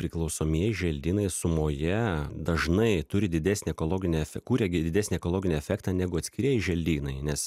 priklausomieji želdynai sumoje dažnai turi didesnį ekologinį ef kuria didesnį ekologinį efektą negu atskirieji želdynai nes